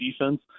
defense